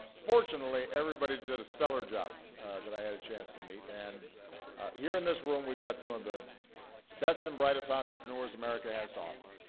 fortunately, everybody did a stellar job that i had a chance to meet. and here in this room, we've got some of the best and brightest entrepreneurs america has to offer,